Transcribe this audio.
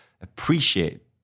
appreciate